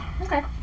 Okay